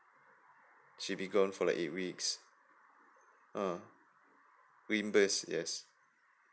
she'll be gone for like eight weeks uh reimburse yes